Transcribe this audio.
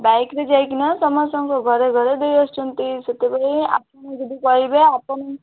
ବାଇକ୍ରେ ଯାଇକିନା ସମସ୍ତଙ୍କ ଘରେ ଘରେ ଦେଇ ଆସୁଛନ୍ତି ସେତେବେଲେ ଆପନ ଯଦି କହିବେ ଆପନ